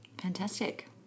Fantastic